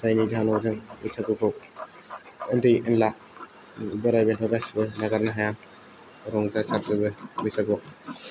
जायनि जाहोनाव जों बैसागुखौ उन्दै ओनला बेराइ बेनोथ' गासिबो नागारनो हाया रंजासारजोबो बैसगुआव